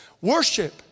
Worship